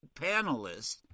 panelists